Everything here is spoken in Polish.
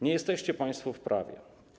Nie jesteście państwo w prawie.